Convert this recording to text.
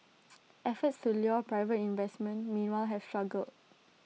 efforts to lure private investment meanwhile have struggled